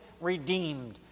redeemed